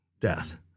death